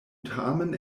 tamen